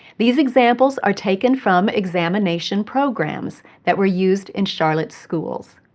these examples are taken from examination programs that were used in charlotte's schools.